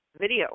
video